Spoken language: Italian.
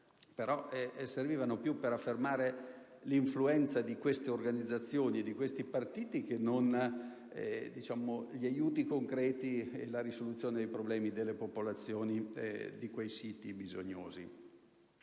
aiuti servivano più per affermare l'influenza di queste organizzazioni e di questi partiti che non per la risoluzione dei problemi delle popolazioni di quei siti bisognosi.